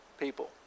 people